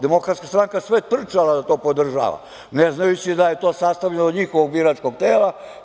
Demokratska stranka je sve trčala da to podržava, ne znajući da je to sastavljeno od njihovog biračkog tela.